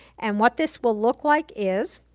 and what this will look like is,